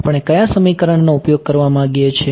આપણે કયા સમીકરણનો ઉપયોગ કરવા માંગીએ છીએ